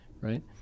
right